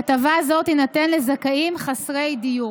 הטבה זו תינתן לזכאים חסרי דיור.